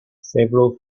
several